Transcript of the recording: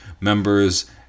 members